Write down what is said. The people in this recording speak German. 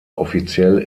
offiziell